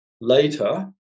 later